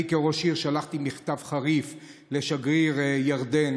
אני כראש עיר שלחתי מכתב חריף לשגריר ירדן,